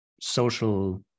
social